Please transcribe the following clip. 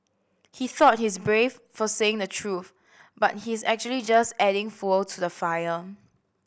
he thought he's brave for saying the truth but he's actually just adding fuel to the fire